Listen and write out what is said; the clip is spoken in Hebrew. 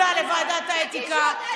אישה עלובה, זה מה